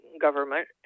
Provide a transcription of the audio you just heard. government